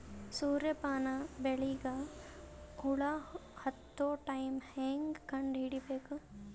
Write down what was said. ಸೂರ್ಯ ಪಾನ ಬೆಳಿಗ ಹುಳ ಹತ್ತೊ ಟೈಮ ಹೇಂಗ ಕಂಡ ಹಿಡಿಯಬೇಕು?